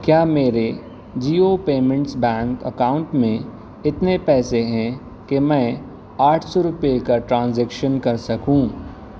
کیا میرے Jio payments bank account میں اتنے پیسے ہیں کہ میں آٹھ سو روپے کا ٹرانزیکشن کر سکوں